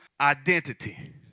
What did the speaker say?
identity